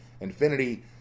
Infinity